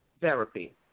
Therapy